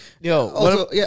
Yo